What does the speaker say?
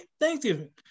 Thanksgiving